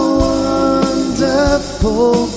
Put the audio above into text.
wonderful